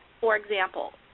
for example,